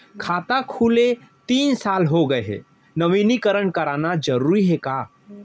खाता खुले तीन साल हो गया गये हे नवीनीकरण कराना जरूरी हे का?